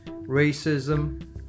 racism